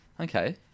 Okay